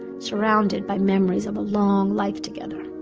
surrounded by memories of a long life together